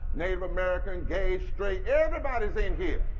native american, gay, straight, everybody is in here.